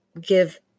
give